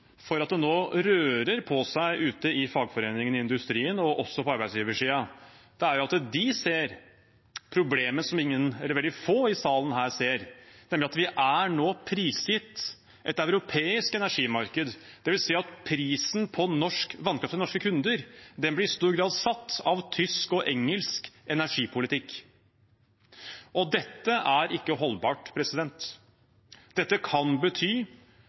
for at det nå rører på seg ute i fagforeningene i industrien og også på arbeidsgiversiden, er at de ser det problemet som veldig få i salen her ser, nemlig at vi nå er prisgitt et europeisk energimarked. Det vil si at prisen på norsk vannkraft til norske kunder i stor grad blir satt av tysk og engelsk energipolitikk. Dette er ikke holdbart. Dette kan bety